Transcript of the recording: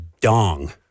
dong